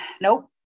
nope